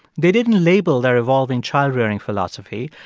they didn't label their evolving child-rearing philosophy.